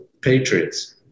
Patriots